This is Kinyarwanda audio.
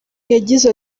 yagize